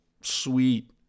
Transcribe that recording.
sweet